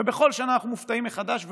ובכל שנה אנחנו מופתעים מחדש.